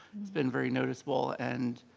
it's been very noticeable and